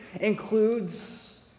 includes